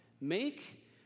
Make